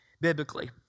biblically